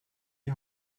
die